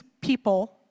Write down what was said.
people